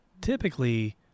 typically